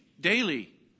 daily